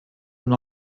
han